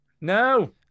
No